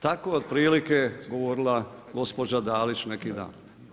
Tako je otprilike govorila gospođa Dalić neki dan.